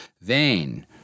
Vain